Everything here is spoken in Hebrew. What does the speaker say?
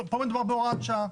פה מדובר בהוראת שעה,